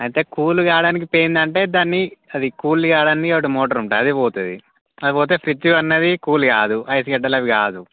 అయితే కూల్ కాడానికి పోయింది అంటే దాన్ని అది కూల్ కాడానికి ఒక మోటర్ ఉంటుంది అది పోతుంది అది పోతే ఫ్రిడ్జ్ అన్నది కూల్ కాదు ఐస్ గడ్డలు అవి కాదు